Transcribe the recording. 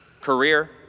Career